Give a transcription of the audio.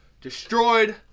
destroyed